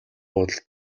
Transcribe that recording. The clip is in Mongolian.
бодолд